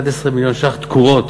11 מיליון ש"ח תקורות,